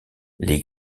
les